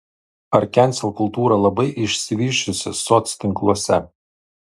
ar kensel kultūra labai išsivysčiusi soctinkluose